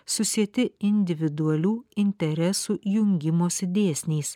susieti individualių interesų jungimosi dėsniais